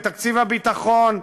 בתקציב הביטחון,